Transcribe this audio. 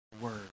word